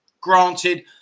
granted